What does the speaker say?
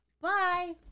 Bye